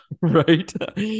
Right